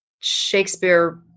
Shakespeare